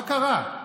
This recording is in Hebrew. מה קרה?